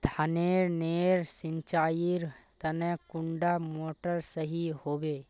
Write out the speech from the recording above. धानेर नेर सिंचाईर तने कुंडा मोटर सही होबे?